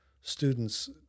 students